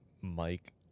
Mike